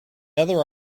other